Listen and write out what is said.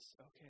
Okay